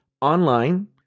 online